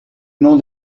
nom